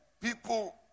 people